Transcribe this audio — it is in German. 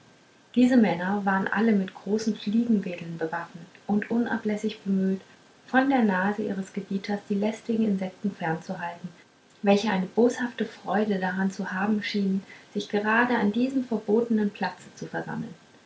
diese männer waren alle mit großen fliegenwedeln bewaffnet und unablässig bemüht von der nase ihres gebieters die lästigen insekten fernzuhalten welche eine boshafte freude daran zu haben schienen sich gerade an diesem verbotnen platze zu versammeln